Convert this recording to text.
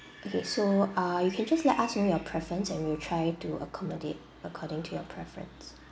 okay so uh you can just let us know your preference and we'll try to accommodate according to your preference